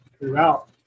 throughout